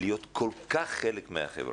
כל כך חלק מהחברה.